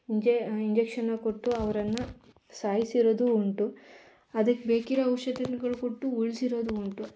ಇಂಜೆ ಇಂಜೆಕ್ಷನ್ನ ಕೊಟ್ಟು ಅವರನ್ನ ಸಾಯಿಸಿರೋದು ಉಂಟು ಅದಕ್ಕೆ ಬೇಕಿರೋ ಔಷಧಗಳು ಕೊಟ್ಟು ಉಳಿಸಿರೋದು ಉಂಟು